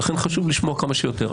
ולכן חשוב לשמוע כמה שיותר.